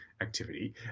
activity